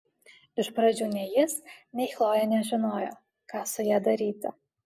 iš pradžių nei jis nei chlojė nežinojo ką su ja daryti